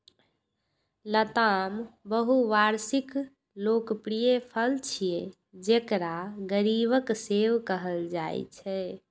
लताम बहुवार्षिक लोकप्रिय फल छियै, जेकरा गरीबक सेब कहल जाइ छै